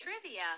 Trivia